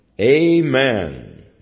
Amen